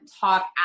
talk